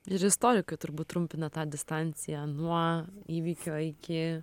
ir istorikai turbūt trumpina tą distanciją nuo įvykio iki